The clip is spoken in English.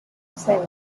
seven